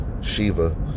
Shiva